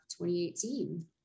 2018